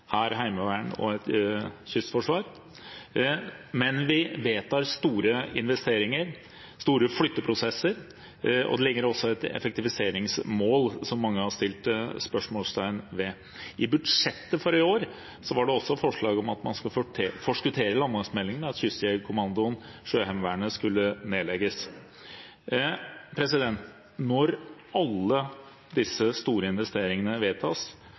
her som mange har satt spørsmålstegn ved. I budsjettet for i år var det forslag om at man skulle forskuttere landmaktutredningen, og at Kystjegerkommandoen og Sjøheimevernet skulle nedlegges. Når alle disse store investeringene vedtas